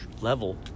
level